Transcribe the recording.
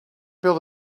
build